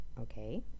Okay